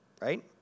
Right